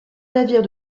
navires